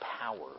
power